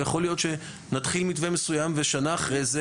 יכול להיות שנתחיל מתווה מסוים ושנה אחרי זה,